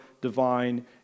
divine